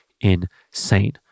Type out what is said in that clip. insane